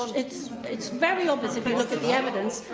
it's it's very obvious, if you look at the evidence,